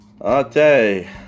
Okay